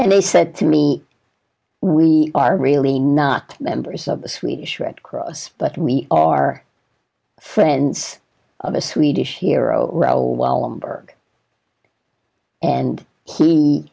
and they said to me we are really not members of the swedish red cross but we are friends of a swedish hero well well i'm burg and he